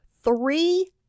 three